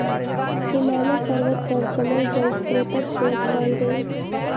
हिमालय पर्वत पर जमल जल स्त्रोतक खोज कयल गेल